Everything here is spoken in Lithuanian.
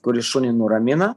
kuris šunį nuramina